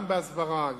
גם בהסברה,